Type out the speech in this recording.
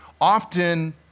often